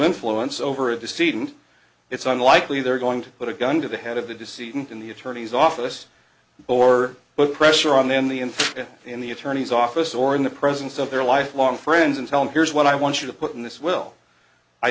influence over the student it's unlikely they're going to put a gun to the head of the decision in the attorney's office or the pressure on the in the in in the attorney's office or in the presence of their lifelong friends and tell him here's what i want you to put in this will i